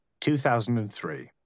2003